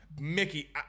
Mickey